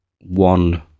one